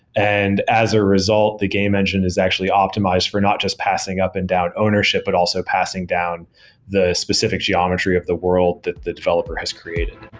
and as a result, the game engine is actually optimized for not just passing up and down ownership, but also passing down the specific geometry of the world that the developer has created